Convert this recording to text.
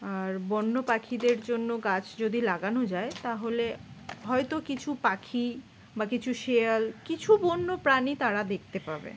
আর বন্য পাখিদের জন্য গাছ যদি লাগানো যায় তাহলে হয়তো কিছু পাখি বা কিছু শেয়াল কিছু বন্য প্রাণী তারা দেখতে পাবে